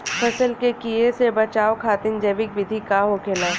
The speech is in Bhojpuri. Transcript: फसल के कियेसे बचाव खातिन जैविक विधि का होखेला?